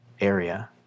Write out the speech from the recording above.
area